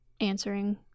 answering